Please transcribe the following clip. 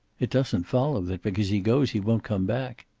it doesn't follow that because he goes he won't come back.